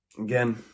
again